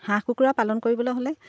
হাঁহ কুকুৰা পালন কৰিবলৈ হ'লে